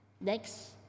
Next